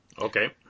Okay